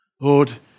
Lord